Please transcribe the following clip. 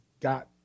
got